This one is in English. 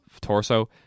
torso